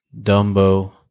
Dumbo